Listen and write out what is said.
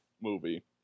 movie